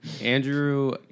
Andrew